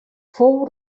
fou